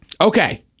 Okay